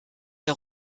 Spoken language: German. wer